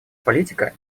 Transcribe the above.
политика